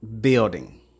building